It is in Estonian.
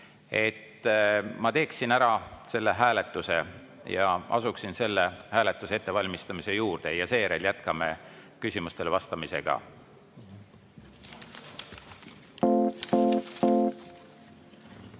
Ma teeksin ära selle hääletuse ja asuksin selle hääletuse ettevalmistamise juurde ja seejärel jätkame küsimustele vastamisega. Head